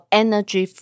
energy